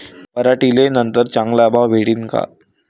पराटीले नंतर चांगला भाव भेटीन का?